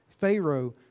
Pharaoh